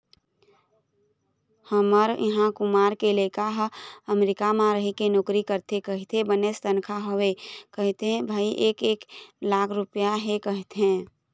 हमर इहाँ कुमार के लइका ह अमरीका म रहिके नौकरी करथे कहिथे बनेच तनखा हवय कहिथे रे भई एक एक लाख रुपइया हे कहिथे